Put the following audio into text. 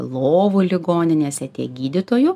lovų ligoninėse tiek gydytojų